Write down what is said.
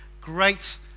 great